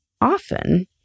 often